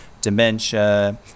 dementia